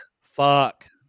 Fuck